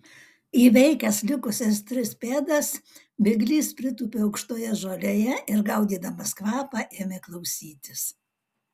įveikęs likusias tris pėdas bėglys pritūpė aukštoje žolėje ir gaudydamas kvapą ėmė klausytis